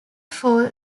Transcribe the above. fall